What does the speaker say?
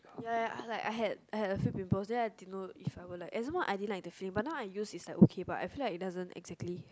ya ya like I had I had a few pimples then I didn't know if I were like and some more I didn't like the feel but now I use is okay but I feel like it doesn't exactly